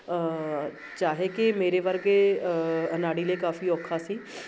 ਚਾਹੇ ਕਿ ਮੇਰੇ ਵਰਗੇ ਅਨਾੜੀ ਲਈ ਕਾਫੀ ਔਖਾ ਸੀ